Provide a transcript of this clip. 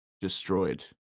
destroyed